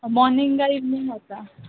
morning कांय evening आसा